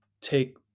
take